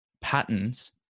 patterns